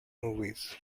movies